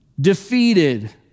defeated